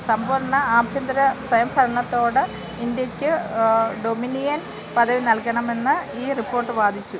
സമ്പൂർണ്ണ ആഭ്യന്തര സ്വയംഭരണത്തോടെ ഇന്ത്യക്ക് ഡൊമിനിയൻ പദവി നൽകണമെന്ന് ഈ റിപ്പോട്ട് വാദിച്ചു